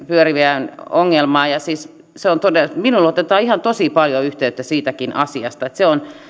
pyörivien ongelmaa siis minuun otetaan ihan tosi paljon yhteyttä siitäkin asiasta että se on